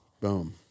Boom